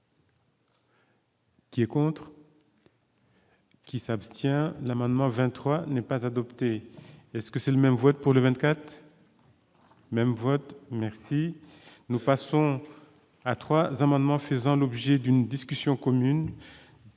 qui est pour. Qui s'abstient l'amendement 23 n'est pas adopté est-ce que c'est le même vote pour le 24 même vote merci, nous passons à 3 amendements faisant l'objet d'une discussion commune